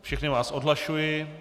Všechny vás odhlašuji.